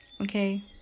okay